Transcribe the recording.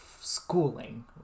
schooling